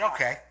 Okay